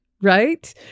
right